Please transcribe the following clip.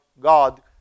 God